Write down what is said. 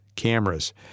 cameras